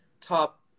top